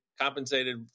compensated